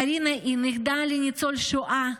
קרינה היא נכדה לניצול שואה,